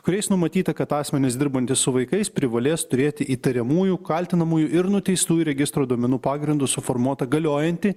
kuriais numatyta kad asmenys dirbantys su vaikais privalės turėti įtariamųjų kaltinamųjų ir nuteistųjų registro duomenų pagrindu suformuotą galiojantį